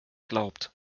glaubt